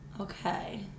Okay